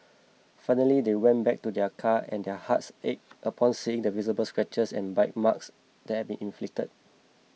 finally they went back to their car and their hearts ached upon seeing the visible scratches and bite marks that had been inflicted